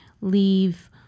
leave